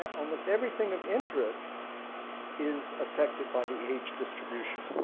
almost everything of interest is affected by the age distribution.